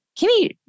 Kimmy